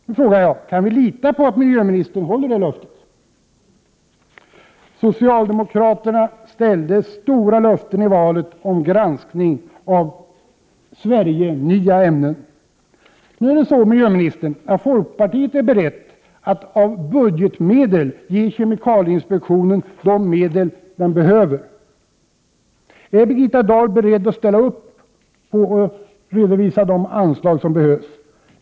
Nu frågar jag: Kan vi lita på att miljöministern håller det löftet? Socialdemokraterna gav stora löften i valet om granskning av Sverigenya ämnen. Folkpartiet är berett att av budgetmedel ge kemikalieinspektionen de medel den behöver. Är Birgitta Dahl beredd att ställa upp på detta och redovisa de anslag som behövs?